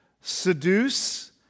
seduce